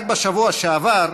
רק בשבוע שעבר,